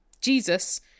Jesus